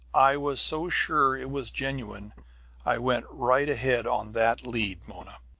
i was so sure it was genuine i went right ahead on that lead, mona.